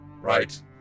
right